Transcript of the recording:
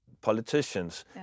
Politicians